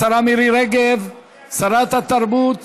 השרה מירי רגב, שרת התרבות.